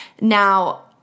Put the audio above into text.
Now